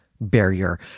barrier